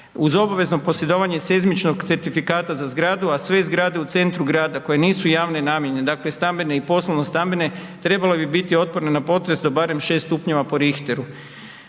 uz obvezno posjedovanje seizmičkog certifikata za zgradu, a sve zgrade u centru grada koje nisu javne namjene, dakle stambene i poslovno-stambene trebale bi biti otporne na potres do barem 6 stupnjeva po Richteru.